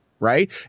right